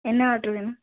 என்ன ஆட்ரு வேணும்